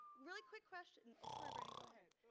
really quick question, oh sorry brandon go ahead.